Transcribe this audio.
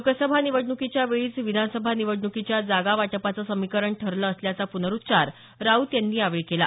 लोकसभा निवडणुकीच्या वेळीच विधानसभा निवडण्कीच्या जागा वाटपाचं समीकरण ठरलं असल्याचा प्नरुच्चार राऊत यांनी यावेळी केला